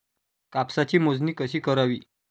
कापसाची मोजणी कशी करावी?